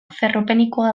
ferropenikoa